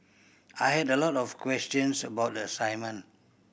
I had a lot of questions about the assignment